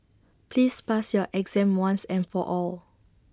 please pass your exam once and for all